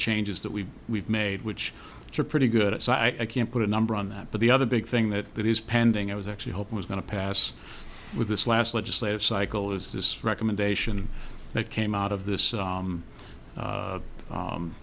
changes that we've we've made which are pretty good at so i can't put a number on that but the other big thing that that is pending i was actually hoping was going to pass with this last legislative cycle is this recommendation that came out of this